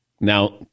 Now